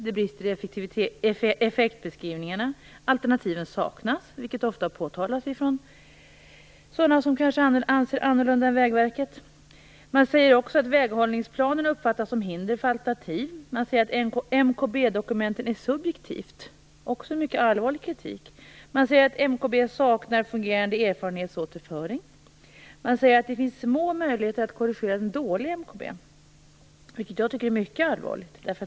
Det brister i effektbeskrivningarna. Alternativen saknas, vilket ofta har påtalats av sådana som kanske anser annorlunda än Vägverket. Man säger också att väghållningsplanerna uppfattas som hinder för alternativ. Man säger att MKB dokumenten är subjektiva. Det är också mycket allvarlig kritik. Man säger att MKB saknar en fungerande erfarenhetsåterföring. Man säger att det finns små möjligheter att korrigera en dålig MKB, vilket jag tycker är mycket allvarligt.